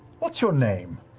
what's your name?